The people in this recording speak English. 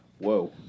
Whoa